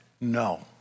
no